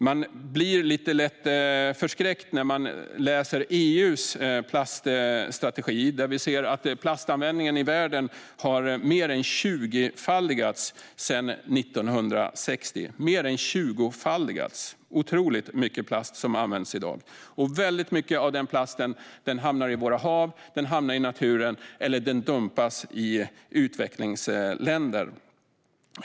Man blir lite lätt förskräckt när man läser EU:s plaststrategi, där man ser att plastanvändningen i världen har mer än tjugofaldigats sedan 1960. Mer än tjugofaldigats! Det är otroligt mycket plast som används i dag, och väldigt mycket av den plasten hamnar i våra hav eller i naturen eller dumpas i utvecklingsländer.